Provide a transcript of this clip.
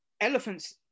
elephants